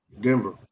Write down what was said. Denver